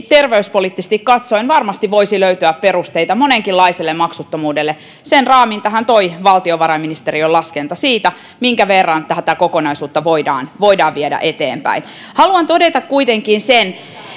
terveyspoliittisesti katsoen varmasti voisi löytyä perusteita monenkinlaiselle maksuttomuudelle sen raamin tähän toi valtiovarainministeriön laskenta siitä minkä verran tätä kokonaisuutta voidaan voidaan viedä eteenpäin haluan todeta kuitenkin